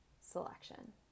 selection